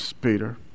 Peter